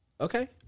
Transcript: okay